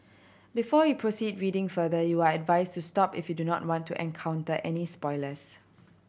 before you proceed reading further you are advised to stop if you do not want to encounter any spoilers